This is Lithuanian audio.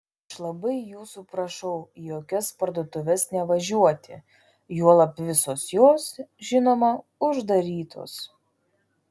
aš labai jūsų prašau į jokias parduotuves nevažiuoti juolab visos jos žinoma uždarytos